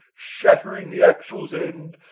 shattering the axle's end,